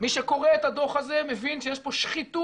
מי שקורא את הדוח הזה מבין שיש פה שחיתות